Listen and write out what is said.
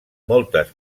moltes